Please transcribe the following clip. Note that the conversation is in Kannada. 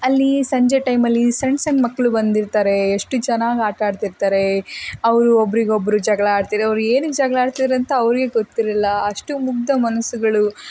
ಅಲ್ಲಿ ಸಂಜೆ ಟೈಮಲ್ಲಿ ಸಣ್ಣ ಸಣ್ಣ ಮಕ್ಕಳು ಬಂದಿರ್ತಾರೆ ಎಷ್ಟು ಚೆನ್ನಾಗಿ ಆಟ ಆಡ್ತಿರ್ತಾರೆ ಅವರು ಒಬ್ಬರಿಗೊಬ್ರು ಜಗಳ ಆಡ್ತಿದ್ದರೆ ಅವ್ರು ಏನಕ್ಕೆ ಜಗಳ ಆಡ್ತಿದಾರಂತ ಅವ್ರಿಗೆ ಗೊತ್ತಿರಲಿಲ್ಲ ಅಷ್ಟು ಮುಗ್ದ ಮನಸ್ಸುಗಳು